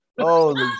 Holy